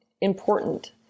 important